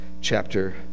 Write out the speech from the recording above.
chapter